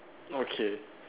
okay